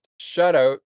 shutout